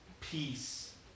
peace